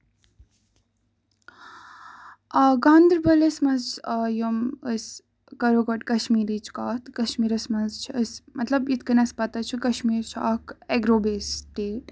گاندربَلَس منٛز آیہِ یِم أسۍ کرو گۄڈٕ کَشمیٖرٕچ کَتھ کَشمیٖرس منٛز چھِ أسۍ مطلب یِتھ کٔنۍ اَسہِ پَتہٕ چھُ کَشمیٖر چھُ اکھ اٮ۪گرو بیسٕڈ سِٹیٹ